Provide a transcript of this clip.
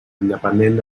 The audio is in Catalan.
independent